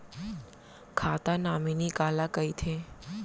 खाता नॉमिनी काला कइथे?